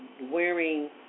wearing